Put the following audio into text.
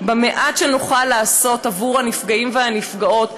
במעט שנוכל לעשות עבור הנפגעים והנפגעות,